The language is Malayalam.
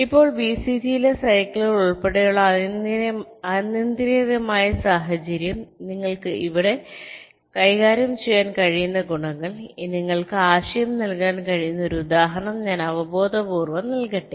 ഇപ്പോൾ വിസിജിയിലെ സൈക്കിളുകൾ ഉൾപ്പെടെയുള്ള അനിയന്ത്രിതമായ സാഹചര്യം ഇവിടെ നിങ്ങൾക്ക് കൈകാര്യം ചെയ്യാൻ കഴിയുന്ന ഗുണങ്ങൾ നിങ്ങൾക്ക് ആശയം നൽകാൻ കഴിയുന്ന ഒരു ഉദാഹരണം ഞാൻ അവബോധപൂർവ്വം നൽകട്ടെ